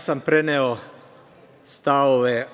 sam stavove